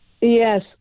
yes